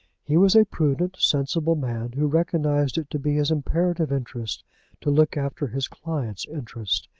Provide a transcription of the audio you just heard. he was a prudent, sensible man, who recognized it to be his imperative interest to look after his client's interest.